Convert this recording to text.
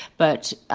but